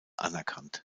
anerkannt